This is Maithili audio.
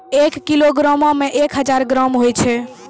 एक किलोग्रामो मे एक हजार ग्राम होय छै